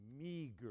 meager